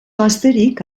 gazterik